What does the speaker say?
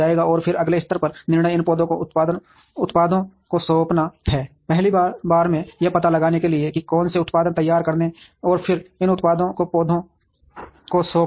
और फिर अगले स्तर का निर्णय इन पौधों को उत्पादों को सौंपना है पहली बार में यह पता लगाने के लिए कि कौन से उत्पाद तैयार करने हैं और फिर इन उत्पादों को पौधों को सौंपना है